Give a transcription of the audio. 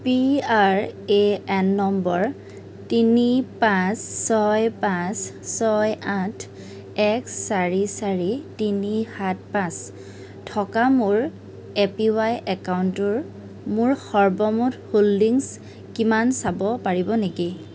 P R A N number তিনি পাঁচ ছয় পাঁচ ছয় আঠ এক চাৰি চাৰি তিনি সাত পাঁচ থকা মোৰ এপিৱাই একাউণ্টটোৰ মোৰ সৰ্বমুঠ হোল্ডিংছ কিমান চাব পাৰিব নেকি